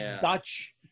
Dutch